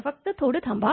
फक्त थोड थांबा